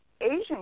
Asian